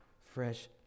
fresh